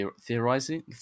theorizing